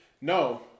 No